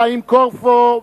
חיים קורפו,